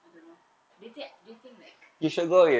I don't know they think they think like if you go